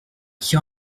qui